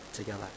together